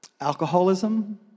alcoholism